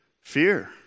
Fear